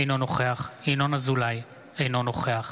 אינו נוכח ינון אזולאי, אינו נוכח